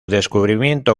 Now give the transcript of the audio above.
descubrimiento